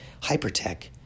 hypertech